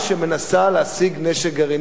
שמנסה להשיג נשק גרעיני.